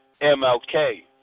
MLK